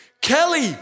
Kelly